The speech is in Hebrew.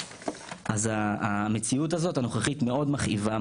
אז המציאות הזאת הנוכחית מאוד מכאיבה,